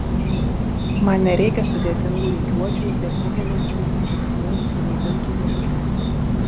man nereikia sudėtingų rikiuočių besiginančiųjų riksmų suvaidintų mirčių